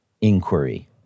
inquiry